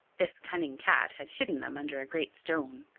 this cunning cat had hidden them under a great stone.